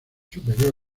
superior